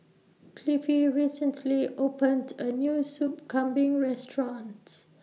Cliffie recently opened A New Soup Kambing restaurants